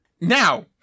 Now